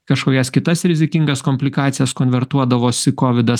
kažkokias kitas rizikingas komplikacijas konvertuodavosi kovidas